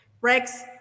Rex